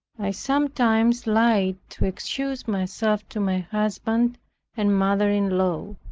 i sometimes lied to excuse myself to my husband and mother-in-law.